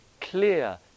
clear